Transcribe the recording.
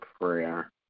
prayer